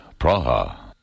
Praha